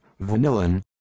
vanillin